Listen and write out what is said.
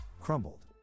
crumbled